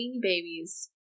babies